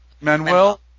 Manuel